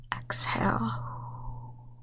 exhale